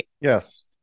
Yes